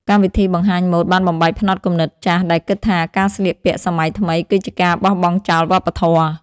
កម្មវិធីបង្ហាញម៉ូដបានបំបែកផ្នត់គំនិតចាស់ដែលគិតថាការស្លៀកពាក់សម័យថ្មីគឺជាការបោះបង់ចោលវប្បធម៌។